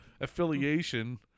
affiliation